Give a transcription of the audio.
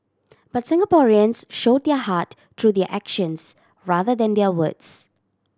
but Singaporeans show their heart through their actions rather than their words